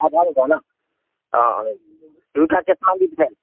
আধা লিটাৰ ন' অঁ অঁ দুটা কেছ মাল দি পঠিয়াম